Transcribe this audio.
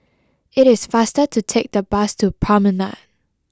it is faster to take the bus to Promenade